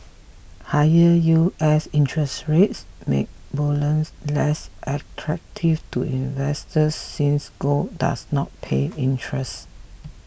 higher U S interest rates make bullion less attractive to investors since gold does not pay interest